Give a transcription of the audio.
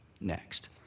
next